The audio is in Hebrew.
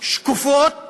שקופות